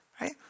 right